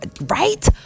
right